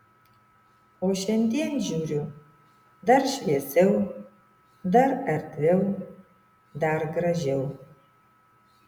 o šiandien žiūriu dar šviesiau dar erdviau dar gražiau